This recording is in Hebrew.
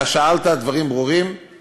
אתה שאלת דברים ברורים,